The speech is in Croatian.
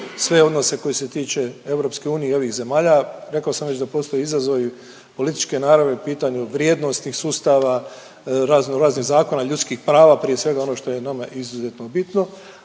sve odnose koji se tiče EU i ovih zemalja. Rekao sam već da postoje izazovi političke naravi o pitanju vrijednosnih sustava, raznoraznih zakona, ljudskih prava prije svega ono što je nama izuzetno bitno,